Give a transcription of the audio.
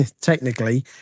Technically